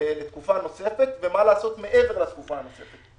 לתקופה נוספת, ומה לעשות מעבר לתקופה הנוספת.